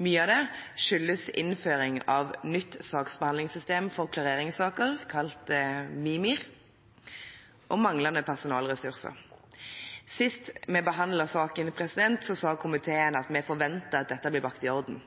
Mye av det skyldes innføringen av nytt saksbehandlingssystem for klareringssaker, kalt Mimir, og manglende personalressurser. Sist vi behandlet saken, sa komiteen at vi